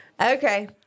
Okay